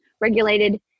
regulated